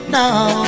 now